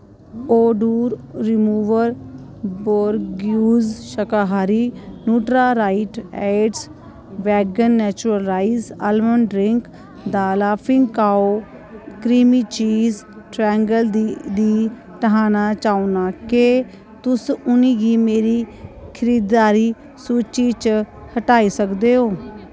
odour remover Borges शाकाहारी Nutra right aids vegan natural rice almond drink the Laughing Cow creamy cheese triangle गी हटाना चाह्न्नां केह् तुस उ'नें गी मेरी खरीददारी सूची च हटाई सकदे ओ